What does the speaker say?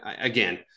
again